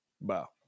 Wow